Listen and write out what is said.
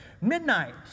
Midnight